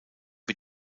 mit